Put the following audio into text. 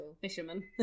fisherman